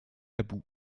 aboud